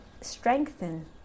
strengthen